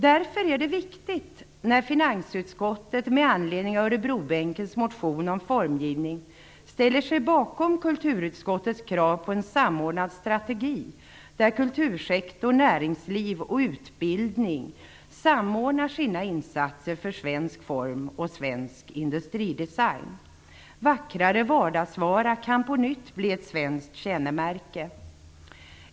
Därför är det viktigt att finansutskottet, med anledning av Örebrobänkens motion om formgivning, ställer sig bakom kulturutskottets krav på en samordnad strategi där kultursektor, näringsliv och utbildning samordnar sina insatser för svensk form och svensk industridesign. Vackrare vardagsvara kan på nytt bli ett svenskt kännemärke.